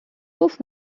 گفت